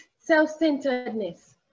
self-centeredness